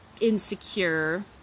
insecure